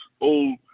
old